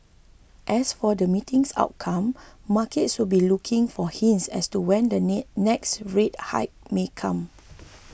as for the meeting's outcome markets will be looking for hints as to when the next rate hike may come